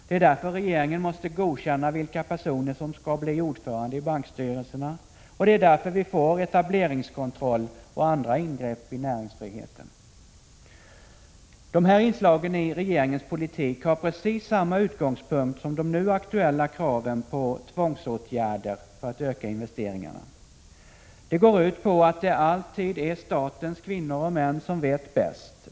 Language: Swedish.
Det är därför regeringen måste godkänna vilka personer som skall bli ordförande i = Prot. 1986/87:22 bankstyrelserna. Och det är därför vi får etableringskontroll och andra 10 november 1986 ingrepp i näringsfriheten. Fry j Så 5 Om åtgärder för att De här inslagen i regeringens politik har precis samma utgångspunkt som främja nyföretagande, de nu aktuella kraven på tvångsåtgärder för att öka investeringarna. Det går mA z ut på att det alltid är statens kvinnor och män som vet bäst.